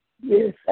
Yes